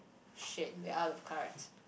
shit there out of cards